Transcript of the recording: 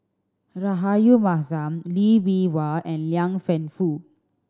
Rahayu Mahzam Lee Bee Wah and Liang Wenfu